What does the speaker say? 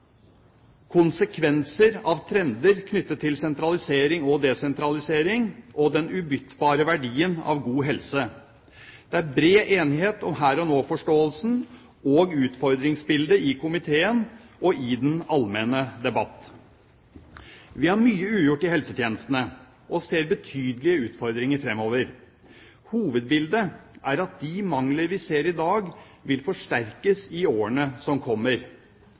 konsekvenser av trender knyttet til sentralisering og desentralisering og den ubyttbare verdien av god helse. Det er bred enighet om her og nå-forståelsen og utfordringsbildet i komiteen og i den allmenne debatt. Vi har mye ugjort i helsetjenestene og ser betydelige utfordringer fremover. Hovedbildet er at de mangler vi ser i dag, vil forsterkes i årene som kommer.